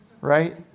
right